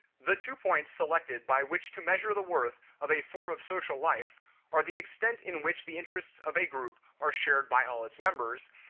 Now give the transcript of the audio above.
the two points selected by which to measure the worth of a form of social life are the extent in which the interests of a group are shared by all its members,